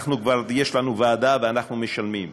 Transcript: כבר יש לנו ועדה, ואנחנו משלמים.